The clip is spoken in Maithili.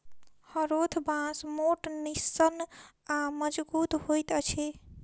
हरोथ बाँस मोट, निस्सन आ मजगुत होइत अछि